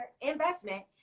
investment